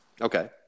Okay